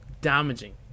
damaging